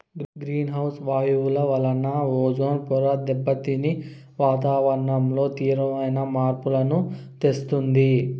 green house వాయువుల వలన ozone పొర దెబ్బతిని వాతావరణంలో తీవ్రమైన మార్పులను తెస్తుంది